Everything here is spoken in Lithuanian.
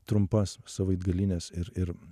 trumpas savaitgalines ir ir